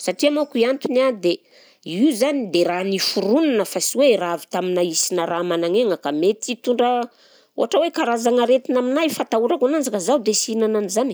satria manko i antony an dia io zany dia raha niforonina fa sy hoe raha avy tamina isy na raha managn'aigna ka mety hitondra ohatra hoe karazana aretina aminahy fatahorako ananjy ka zaho dia sy hihinana an'izany